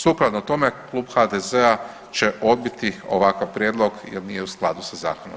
Sukladno tome klub HDZ-a će odbiti ovakav prijedlog jer nije u skladu sa zakonom.